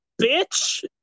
bitch